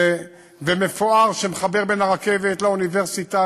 ומפואר שמחבר בין הרכבת לאוניברסיטה,